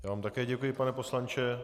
Já vám také děkuji, pane poslanče.